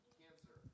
cancer